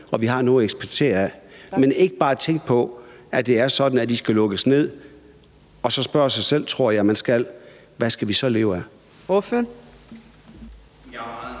og har noget at eksportere. Man skal ikke bare tænke på, at det er sådan, at det skal lukkes ned. Jeg tror, man skal spørge sig selv: Hvad skal vi så leve af?